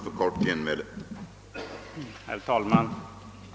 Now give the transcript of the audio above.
Herr talman!